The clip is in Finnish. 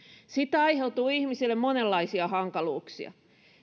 siitä aiheutuu ihmisille monenlaisia hankaluuksia